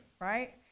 Right